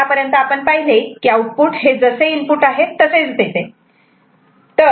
आतापर्यंत आपण पाहिले की आउटपुट हे जसे इनपुट आहे तसेच देते